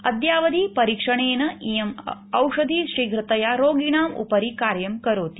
अद्यावधि परिक्षणेन इयं औषधि शीघ्रतया रोगिणाम् उपरि कार्यम् करोति